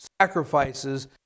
sacrifices